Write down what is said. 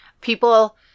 People